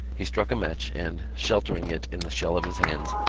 he struck a match and, sheltering it in the shell of his hands,